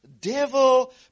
devil